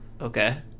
Okay